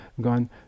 gone